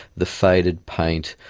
the faded paint,